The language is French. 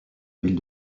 ville